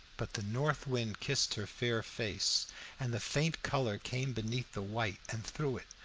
but the north wind kissed her fair face and the faint color came beneath the white and through it,